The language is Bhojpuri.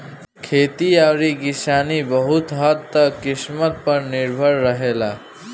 खेती अउरी किसानी बहुत हद्द तक किस्मत पर निर्भर रहेला